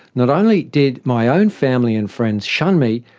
not only did my own family and friends shun me,